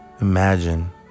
imagine